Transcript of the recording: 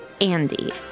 Andy